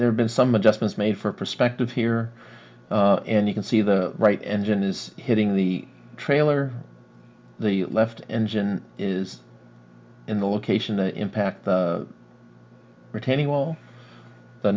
there have been some adjustments made for perspective here and you can see the right engine is hitting the trailer the left engine is in the location impact the